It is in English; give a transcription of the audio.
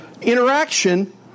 interaction